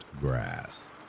Grass